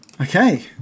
okay